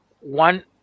One